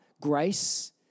grace